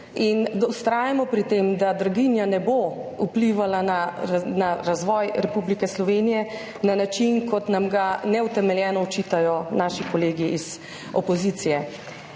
in da vztrajamo pri tem, da draginja ne bo vplivala na razvoj Republike Slovenije na način, kot nam ga neutemeljeno očitajo naši kolegi iz opozicije.